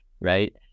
Right